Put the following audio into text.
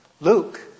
Luke